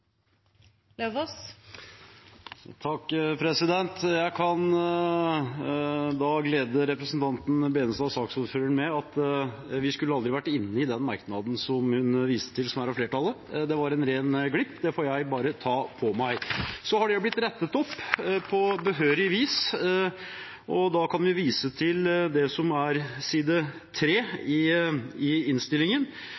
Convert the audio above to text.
Jeg kan glede saksordføreren, representanten Tveiten Benestad, med at vi aldri skulle ha vært inne i den merknaden som hun viste til, som er fra flertallet. Det er en ren glipp, og det får jeg ta på min kappe. Da har det blitt rettet opp på behørig vis. Jeg vil nå vise til det som står på side